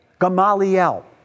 Gamaliel